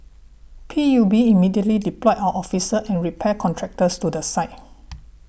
P U B immediately deployed our officers and repair contractors to the site